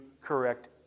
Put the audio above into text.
correct